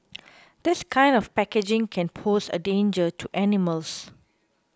this kind of packaging can pose a danger to animals